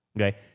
Okay